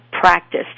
practice